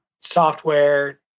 software